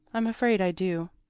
i'm afraid i do.